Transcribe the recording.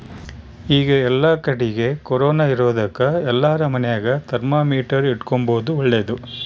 ಈಗ ಏಲ್ಲಕಡಿಗೆ ಕೊರೊನ ಇರೊದಕ ಎಲ್ಲಾರ ಮನೆಗ ಥರ್ಮಾಮೀಟರ್ ಇಟ್ಟುಕೊಂಬದು ಓಳ್ಳದು